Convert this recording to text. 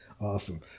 Awesome